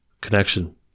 connection